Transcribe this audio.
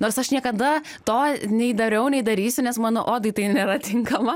nors aš niekada to nei dariau nei darysiu nes mano odai tai nėra tinkama